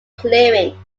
clearing